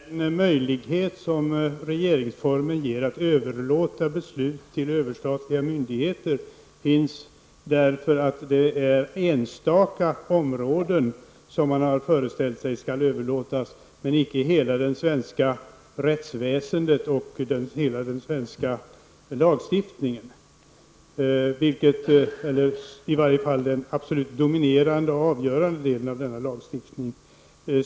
Herr talman! Den möjlighet som regeringsformen ger att överlåta beslut till överstatliga myndigheter finns därför att man har föreställt sig att besluten på enstaka områden skall överlåtas, men icke hela det svenska rättsväsendet eller den dominerande och avgörande delen av den svenska lagstiftningen.